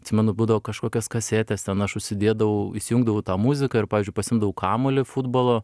atsimenu būdavo kažkokios kasetės ten aš užsidėdavau įsijungdavau tą muziką ir pavyzdžiui pasiimdavau kamuolį futbolo